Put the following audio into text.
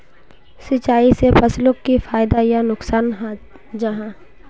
सिंचाई से फसलोक की फायदा या नुकसान जाहा?